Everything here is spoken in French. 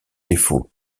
défauts